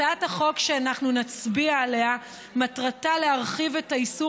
הצעת החוק שאנחנו נצביע עליה מטרתה להרחיב את האיסור